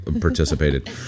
participated